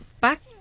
back